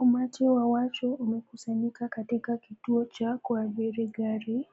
Umati wa watu umekusanyika katika kituo cha kuabiri gari.